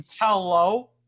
Hello